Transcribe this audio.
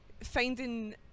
finding